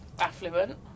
Affluent